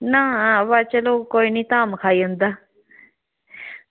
ना बा कोई गल्ल निं खाई जंदा